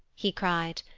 he cry'd,